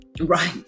Right